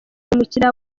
umukiriya